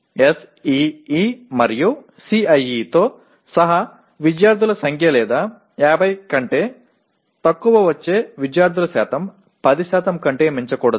SEE మరియు CIE తో సహా విద్యార్థుల సంఖ్య లేదా 50 కంటే తక్కువ వచ్చే విద్యార్థుల శాతం 10 కంటే మించకూడదు